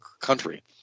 country